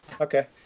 Okay